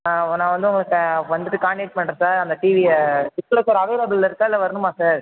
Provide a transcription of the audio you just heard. ஆ நான் வந்து உங்ககிட்ட வந்துட்டு காண்டாக்ட் பண்ணுறேன் சார் அந்த டிவியை அவைளபிலில் இருக்கா இல்லை வரணுமா சார்